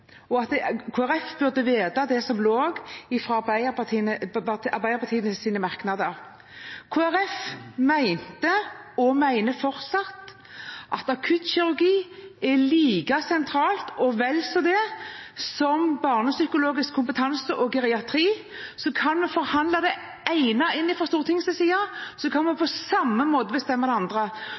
at Kristelig Folkeparti burde vite om det som lå i Arbeiderpartiets merknader. Kristelig Folkeparti mente, og mener fortsatt, at akuttkirurgi er like sentralt og vel så det som barnepsykologisk kompetanse og geriatri. Kan vi fra Stortingets side forhandle inn det ene, kan vi på samme måte bestemme det andre.